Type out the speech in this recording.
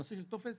הנושא של הטופס,